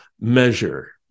measure